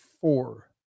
four